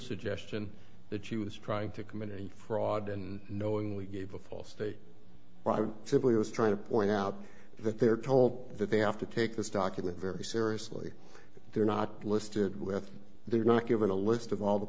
suggestion that she was trying to commit any fraud and knowingly gave a false state simply was trying to point out that they're told that they have to take this document very seriously they're not listed with they're not given a list of all the